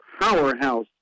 powerhouse